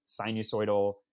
sinusoidal